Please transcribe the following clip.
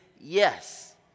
yes